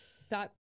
stop